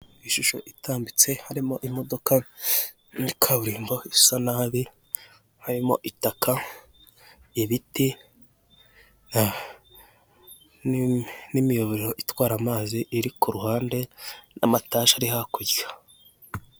Ishusho itambitse harimo imodoka muri kaburimbo isa nabi harimo itaka ,ibiti n'imiyoboro itwara amazi iri kuruhande n'amataje ari hakurya.